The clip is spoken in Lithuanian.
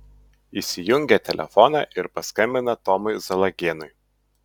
įsijungia telefoną ir paskambina tomui zalagėnui